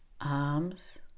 arms